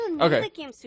Okay